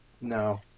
No